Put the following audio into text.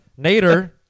Nader